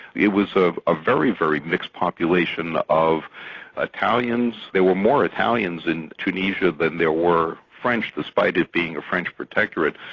it was a ah very, very mixed population of ah italians, there were more italians in tunisia than there were french, despite it being a french protectorate,